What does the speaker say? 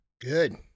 good